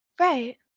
Right